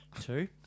Two